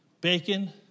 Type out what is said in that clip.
bacon